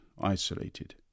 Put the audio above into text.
isolated